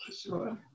sure